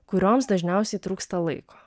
kurioms dažniausiai trūksta laiko